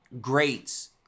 greats